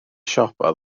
siopa